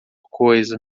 coisa